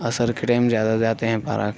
عصر کے ٹائم زیادہ جاتے ہیں پارک